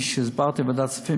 כמו שהסברתי בוועדת הכספים,